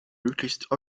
möglichst